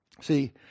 See